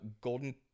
golden